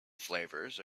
flavors